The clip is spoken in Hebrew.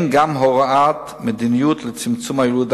3. אין גם הוראת מדיניות לצמצום הילודה